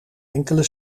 enkele